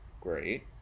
Great